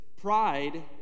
Pride